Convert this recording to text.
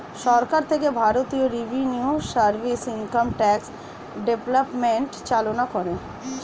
সরকার থেকে ভারতীয় revenue service, income tax department চালনা করে